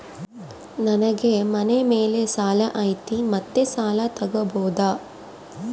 ನನಗೆ ಮನೆ ಮೇಲೆ ಸಾಲ ಐತಿ ಮತ್ತೆ ಸಾಲ ತಗಬೋದ?